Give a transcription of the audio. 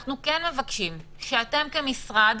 אנחנו כן מבקשים שאתם כמשרד